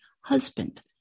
husband